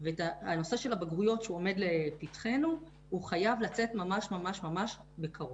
והנושא של הבגרויות שעומד לפתחנו חייב לצאת ממש ממש בקרוב.